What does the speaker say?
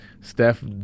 Steph